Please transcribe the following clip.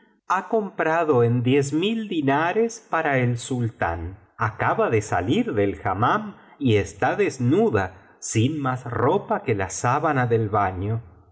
ha comprado en diez mil biblioteca valenciana generalitat valenciana las mil noches y una noche dinares para el sultán acaba de salir del hammam y está desnuda sin más ropa que la sábana del baño